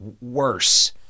worse